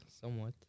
somewhat